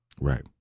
Right